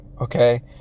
okay